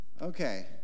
Okay